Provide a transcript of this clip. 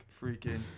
freaking